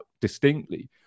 distinctly